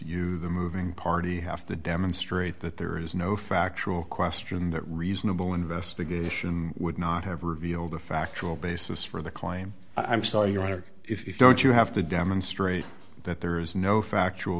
you the moving party have to demonstrate that there is no factual question that reasonable investigation would not have revealed a factual basis for the claim i'm sorry your honor if you don't you have to demonstrate that there is no factual